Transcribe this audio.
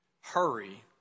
hurry